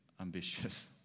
ambitious